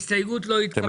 ההסתייגות לא התקבלה.